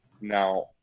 now